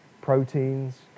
proteins